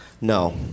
No